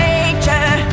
Nature